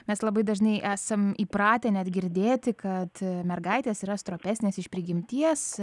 mes labai dažnai esam įpratę net girdėti kad mergaitės yra stropesnės iš prigimties